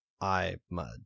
I'mud